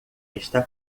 está